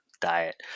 diet